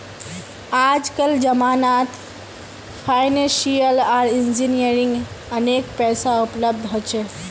आजकल जमानत फाइनेंसियल आर इंजीनियरिंग अनेक पैसा उपलब्ध हो छे